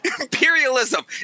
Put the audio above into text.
Imperialism